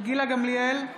גילה גמליאל,